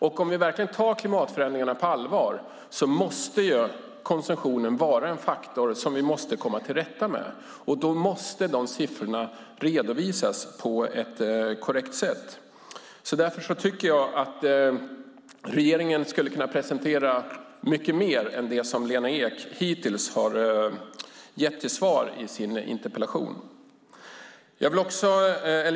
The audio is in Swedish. Om vi verkligen tar klimatförändringarna på allvar är konsumtionen en faktor som vi måste komma till rätta med. Då måste de siffrorna redovisas på ett korrekt sätt. Därför tycker jag att regeringen borde kunna presentera mycket mer än det som Lena Ek tar upp i interpellationssvaret.